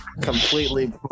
completely